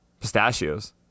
Pistachios